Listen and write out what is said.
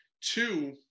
two